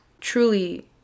Truly